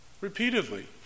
repeatedly